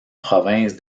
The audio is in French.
province